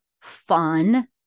fun